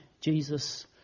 Jesus